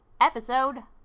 Episode